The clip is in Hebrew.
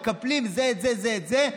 מקפלים זה את זה, זה את זה.